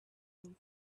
poem